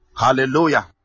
Hallelujah